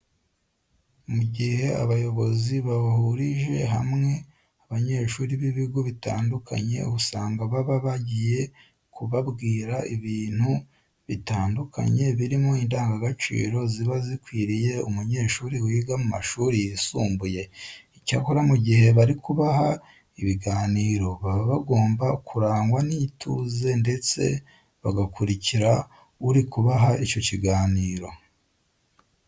Mu gihe abayobozi bahurije hamwe abanyeshuri b'ibigo bitandukanye usanga baba bagiye kubabwira ibintu bitandukanye birimo indangagaciro ziba zikwiriye umunyeshuri wiga mu mashuri yisumbuye. Icyakora mu gihe bari kubaha ibiganiro baba bagomba kurangwa n'ituze ndetse bagakurikira uri kubaha icyo kiganiro.